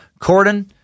Corden